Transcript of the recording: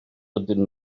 ydyn